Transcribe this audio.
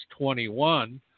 21